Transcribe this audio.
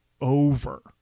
over